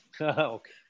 Okay